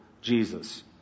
Jesus